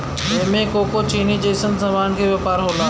एमे कोको चीनी जइसन सामान के व्यापार होला